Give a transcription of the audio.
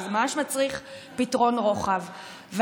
זה ממש מצריך פתרון רוחב.